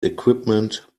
equipment